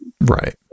Right